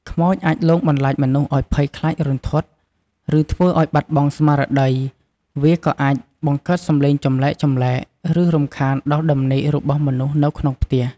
ខ្មោចអាចលងបន្លាចមនុស្សឱ្យភ័យខ្លាចរន្ធត់ ឬធ្វើឱ្យបាត់បង់ស្មារតី វាក៏អាចបង្កើតសំឡេងចម្លែកៗ ឬរំខានដល់ដំណេករបស់មនុស្សនៅក្នុងផ្ទះ។